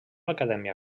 acadèmia